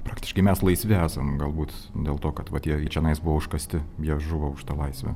praktiškai mes laisvi esam galbūt dėl to kad vat jie čianais buvo užkasti jie žuvo už tą laisvę